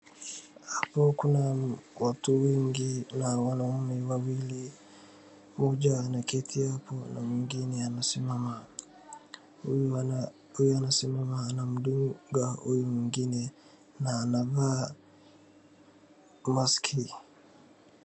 Hapo kuna watu wengi na wanaume wawili. Mmoja anaketi hapo na mwingine anasimama. Huyu anasimama anamdunga huyu mwingine na anavaa mask .